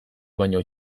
baino